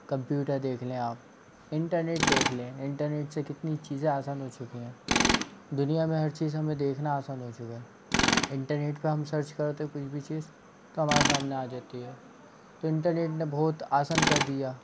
computer देख लें आप इंटरनेट देख लें इंटरनेट से कितनी चीज़ें आसान हो चुकी हैं दुनिया में हर चीज़ हमें देखना आसान हो चुका है इंटरनेट पर हम सर्च करते कुछ भी चीज़ तो हमारे सामने आ जाती है तो इंटरनेट ने बहुत आसान कर दिया